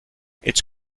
its